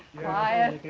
quiet,